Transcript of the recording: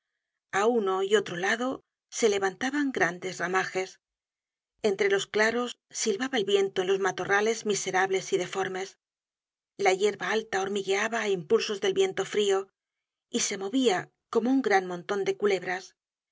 a uno y otro lado se levantaban grandes ramajes entre los claros silbaba el viento en los matorrales miserables y deformes la yerba alta hormigueaba á impulsos del viento frio y se movia como un gran monton de culebras